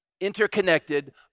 interconnected